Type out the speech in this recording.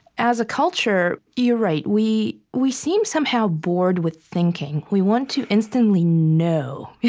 as a culture you're right. we we seem somehow bored with thinking. we want to instantly know. yeah